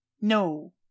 No